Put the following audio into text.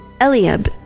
Eliab